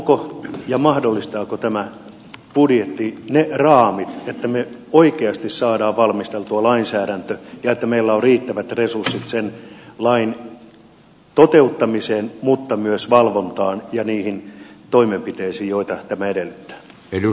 onko ja mahdollistaako tämä budjetti ne raamit että me oikeasti saamme valmisteltua lainsäädäntöä ja että meillä on riittävät resurssit sen lain toteuttamiseen mutta myös valvontaan ja niihin toimenpiteisiin joita tämä edellyttää